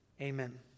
Amen